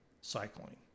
cycling